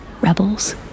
rebels